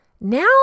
Now